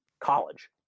college